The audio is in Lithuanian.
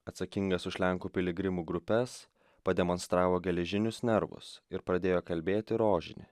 atsakingas už lenkų piligrimų grupes pademonstravo geležinius nervus ir pradėjo kalbėti rožinį